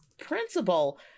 principal